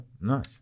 nice